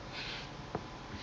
!wah!